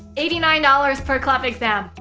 eighty nine dollars per clep exam.